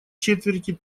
четверти